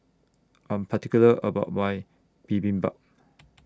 I'm particular about My Bibimbap